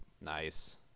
Nice